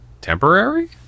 temporary